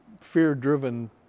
fear-driven